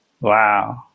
wow